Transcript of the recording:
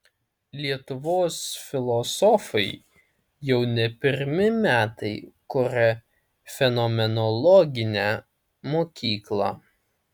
lietuvos filosofai jau ne pirmi metai kuria fenomenologinę mokyklą